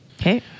Okay